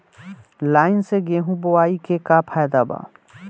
Line से गेहूं बोआई के का फायदा बा?